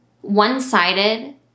one-sided